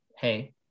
hey